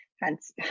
Hence